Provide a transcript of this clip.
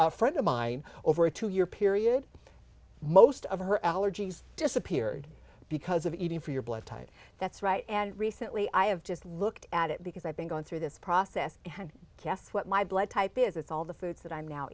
a friend of mine over a two year period most of her allergies disappeared because of eating for your blood type that's right and recently i have just looked at it because i've been going through this process casts what my blood type is it's all the foods that i'm now